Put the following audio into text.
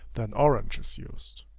then orange is used.